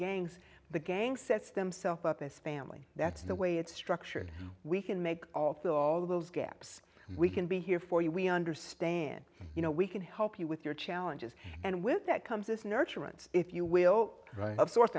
gangs the gang sets themselves up as family that's the way it's structured we can make of all those gaps we can be here for you we understand you know we can help you with your challenges and with that comes this nurturance if you will of